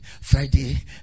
Friday